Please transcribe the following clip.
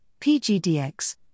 PGDX